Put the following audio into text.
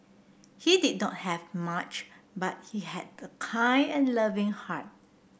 he did not have much but he had a kind and loving heart